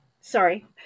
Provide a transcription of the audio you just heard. sorry